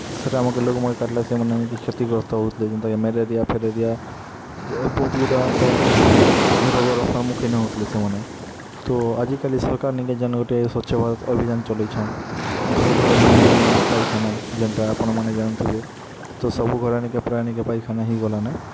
ସେଇଟା ଆମ ଗାଲକୁ ମଇ କାଟିଲା ସେ ମାନେ କ୍ଷତିଗ୍ରସ୍ତ ହଉଥିଲେ ଯେନ୍ତା କି ମ୍ୟାଲେରିଆ ଫେଲେରିଆ ବହୁତ ଗୁଡ଼ା ଏନ୍ତା ରୋଗର ସମ୍ମୁଖୀନ ହଉଥିଲେ ସେମାନେ ତ ଆଜିକାଲି ସରକାର ନେଇ କି ଜାନ୍ ଗୋଟେ ସ୍ୱଚ୍ଛ ଭାରତ ଅଭିଯାନ ଚଲେଇଛନ୍ ଘର୍ ଘର୍ ମେ ପାଇଖାନା ଯେନ୍ତା ଆପଣମାନେ ଜାଣିଥିବେ ତ ସବୁ ଘର ଆଣି କି ପ୍ରାୟ ପାଇଖାନା ହେଇଗଲା ନା